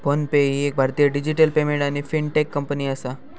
phone पे ही एक भारतीय डिजिटल पेमेंट आणि फिनटेक कंपनी आसा